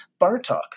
Bartok